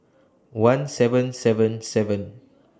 one seven seven seven